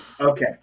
Okay